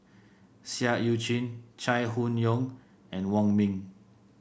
Seah Eu Chin Chai Hon Yoong and Wong Ming